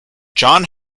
john